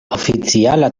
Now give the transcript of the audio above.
oficiala